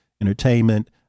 entertainment